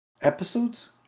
episodes